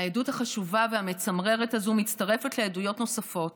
העדות החשובה והמצמררת הזאת מצטרפת לעדויות נוספות